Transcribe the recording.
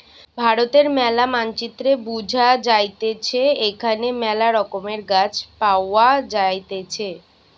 ভারতের ম্যালা মানচিত্রে বুঝা যাইতেছে এখানে মেলা রকমের গাছ পাওয়া যাইতেছে